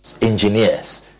Engineers